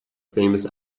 famous